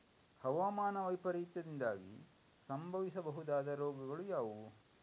ಹವಾಮಾನ ವೈಪರೀತ್ಯದಿಂದಾಗಿ ಸಂಭವಿಸಬಹುದಾದ ರೋಗಗಳು ಯಾವುದು?